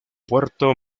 puerto